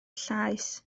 llaes